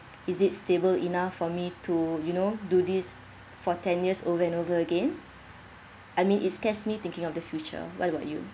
is it stable enough for me to you know do this for ten years over and over again I mean it scares me thinking of the future what about you